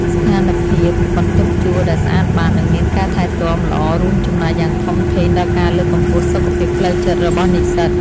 ស្ថានភាពបន្ទប់ជួលដែលស្អាតបាតនិងមានការថែទាំល្អរួមចំណែកយ៉ាងធំធេងដល់ការលើកកម្ពស់សុខភាពផ្លូវចិត្តរបស់និស្សិត។